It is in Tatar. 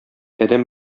адәм